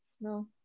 No